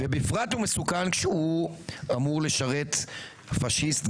ובפרט הוא מסוכן כשהוא אמור לשרת פשיסט,